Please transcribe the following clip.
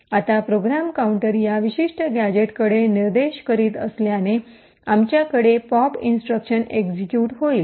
आता program counter या विशिष्ट गॅझेटकडे निर्देश करीत असल्याने आमच्याकडे पॉप इंस्ट्रक्शन एक्सिक्यूट होईल